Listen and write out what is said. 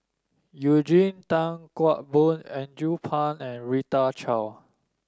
Eugene Tan Kheng Boon Andrew Phang and Rita Chao